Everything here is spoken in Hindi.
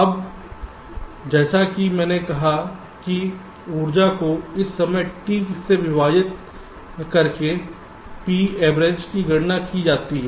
अब जैसा कि मैंने कहा कि ऊर्जा को इस समय T से विभाजित करके पी औसत की गणना की जा सकती है